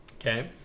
Okay